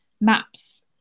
maps